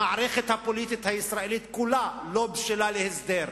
המערכת הפוליטית הישראלית כולה לא בשלה להסדר.